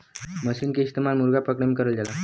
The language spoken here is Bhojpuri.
मसीन के इस्तेमाल मुरगा पकड़े में करल जाला